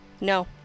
No